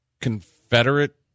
Confederate